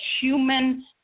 human